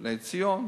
"בני ציון".